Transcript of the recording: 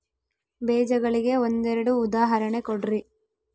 ಬೇಜಗಳಿಗೆ ಒಂದೆರಡು ಉದಾಹರಣೆ ಕೊಡ್ರಿ?